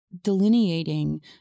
delineating